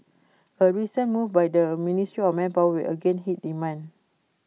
A recent move by the ministry of manpower will again hit demand